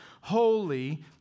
holy